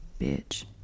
Bitch